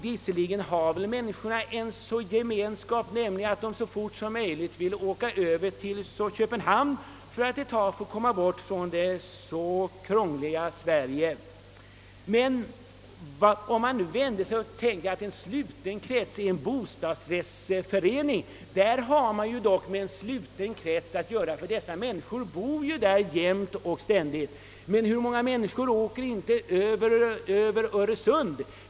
Visserligen har människorna en gemenskap, nämligen den att de så fort som möjligt vill åka över till Köpenhamn för att ett tag få komma bort från vårt många gånger krångliga Sverige. I en bostadsrättsförening däremot är det fråga om en i verklig mening sluten krets, ty folk bor ju stadigvarande i ifrågavarande fastighet. Men hur många människor åker inte över Öresund?